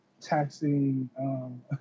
taxing